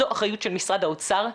זו אחריות של משרד האוצר,